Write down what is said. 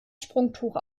sprungtuch